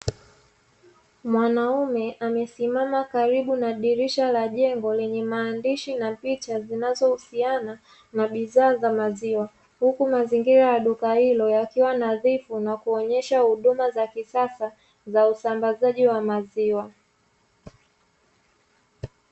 Mwanaume amesimama karibu na dirisha la jengo lenye maandishi na picha zinazo husiana na bidhaa za maziwa. Huku mazingila ya duka hilo yakiwa nadhifu nakuonesha huduma za kisasa, za usambazaji wa maziwa.